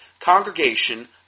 congregation